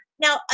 now